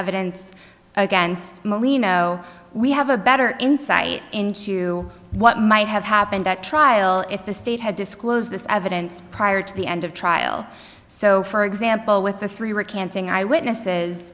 evidence against molino we have a better insight into what might have happened at trial if the state had disclosed this evidence prior to the end of trial so for example with the three